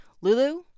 Lulu